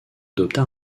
adopta